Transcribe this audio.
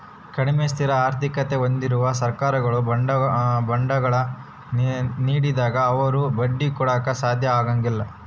ಕಡಿಮೆ ಸ್ಥಿರ ಆರ್ಥಿಕತೆ ಹೊಂದಿರುವ ಸರ್ಕಾರಗಳು ಬಾಂಡ್ಗಳ ನೀಡಿದಾಗ ಅವರು ಬಡ್ಡಿ ಕೊಡಾಕ ಸಾಧ್ಯ ಆಗಂಗಿಲ್ಲ